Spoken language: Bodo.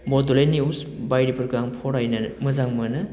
बड'लेण्ड न्युस बायदिफोरखौ आं फरायनो मोजां मोनो